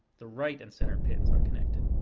the right and center pins are connected.